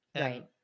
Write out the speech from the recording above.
Right